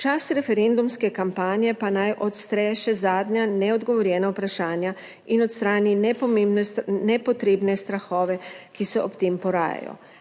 čas referendumske kampanje pa naj odstre še zadnja neodgovorjena vprašanja in odstrani nepotrebne strahove, ki se ob tem porajajo.